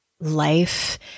life